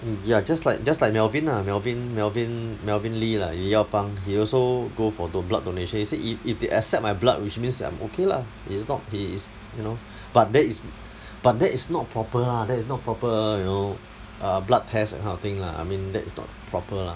mm ya just like just like melvin lah melvin melvin melvin lee lah li yao fang he also go for do~ blood donation he said if if they accept my blood which means that I'm okay lah if not he is you know but that is but that is not proper lah that is not proper you know err blood test that kind of thing lah I mean that is not proper lah